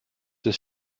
ist